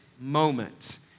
moment